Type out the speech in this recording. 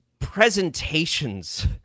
Presentations